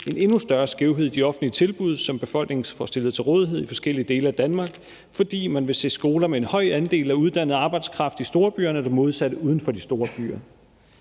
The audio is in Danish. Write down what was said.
en endnu større skævhed i de offentlige tilbud, som befolkningen får stillet til rådighed i forskellige dele af Danmark, fordi vi ville se skoler med en høj andel af uddannet arbejdskraft i storbyerne og det modsatte uden for de store byer.